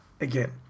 again